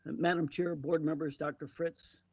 madam chair, board members, dr. fritz,